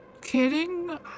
kidding